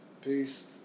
Peace